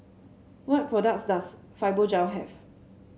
what products does Fibogel have